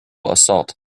assault